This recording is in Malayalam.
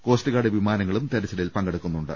കോസ്റ്റ് ഗാർഡ് വിമാനങ്ങളും തെരച്ചിലിൽ പങ്കെടുക്കു ന്നുണ്ട്